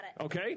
Okay